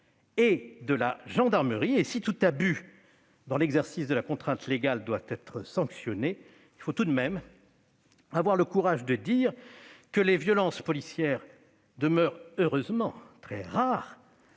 et de la gendarmerie. Si tout abus dans l'exercice de la contrainte légale doit être sanctionné, il faut, tout de même, avoir le courage de dire que les violences policières demeurent heureusement très rares,